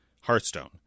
Hearthstone